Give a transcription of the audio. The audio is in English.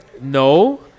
No